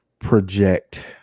project